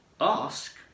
ask